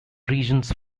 reasons